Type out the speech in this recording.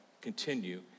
continue